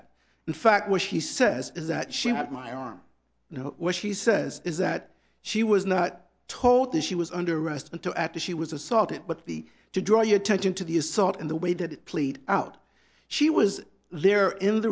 that in fact what he says is that she had my arm you know what she says is that she was not told that she was under arrest until after she was assaulted but the to draw attention to the assault and the way that it played out she was there in